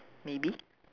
maybe